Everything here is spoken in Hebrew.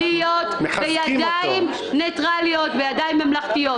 זה צריך להיות בידיים ניטראליות, ידיים ממלכתיות.